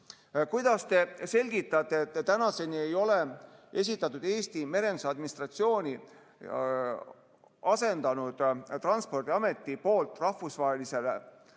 "Kuidas te selgitate, et tänaseni ei ole esitatud Eesti mereadministratsiooni asendanud Transpordiameti poolt rahvusvahelisele